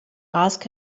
ask